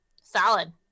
Solid